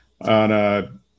on